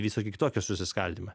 visokį kitokį susiskaldymą